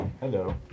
hello